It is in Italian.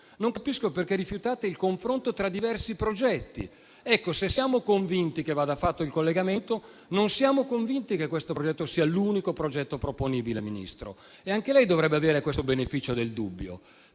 Non capisco perché rifiutate il confronto tra diversi progetti. Se siamo convinti che vada fatto il collegamento, non siamo convinti che questo progetto sia l'unico progetto proponibile, signor Ministro, e anche lei dovrebbe avere questo beneficio del dubbio.